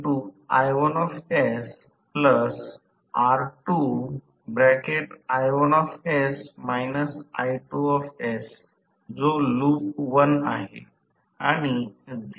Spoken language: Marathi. तर आणि या बाजूने आपण केवळ एक देऊ कारण मी पुस्तकातून घेतले आहे